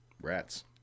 rats